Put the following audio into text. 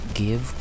give